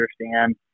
understand